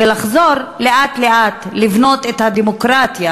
ולחזור לאט-לאט לבנות את הדמוקרטיה,